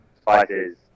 spices